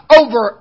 over